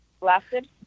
lasted